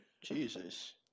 Jesus